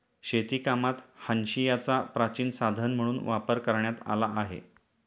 शेतीकामात हांशियाचा प्राचीन साधन म्हणून वापर करण्यात आला आहे